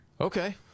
Okay